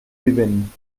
vivent